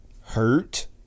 hurt